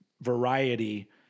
variety